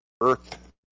Earth